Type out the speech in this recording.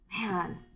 man